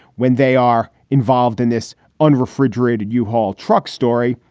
when they are involved in this unrefrigerated yeah u-haul truck story,